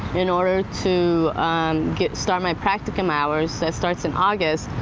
in order to get start my practicum hours, that starts in august,